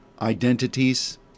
identities